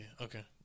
Okay